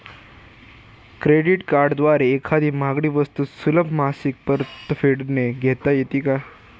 Credit कार्डद्वारे एखादी महागडी वस्तू सुलभ मासिक परतफेडने घेता येते का?